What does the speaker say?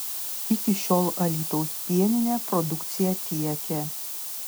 iki šiol alytaus pieninė produkciją tiekė